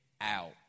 out